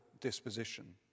disposition